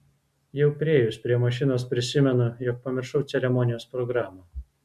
jau priėjus prie mašinos prisimenu jog pamiršau ceremonijos programą